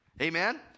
Amen